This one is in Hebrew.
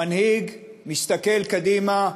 המנהיג מסתכל קדימה,